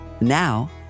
Now